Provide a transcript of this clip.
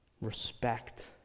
Respect